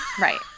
Right